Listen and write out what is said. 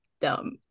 dumb